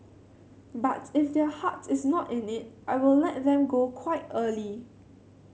but if their heart is not in it I will let them go quite early